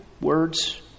words